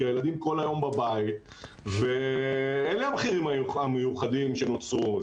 כי הילדים כל היום בבית ואלה המחירים המיוחדים שנוצרו.